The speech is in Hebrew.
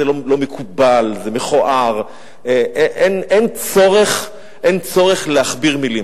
זה לא מקובל, זה מכוער, אין צורך להכביר מלים.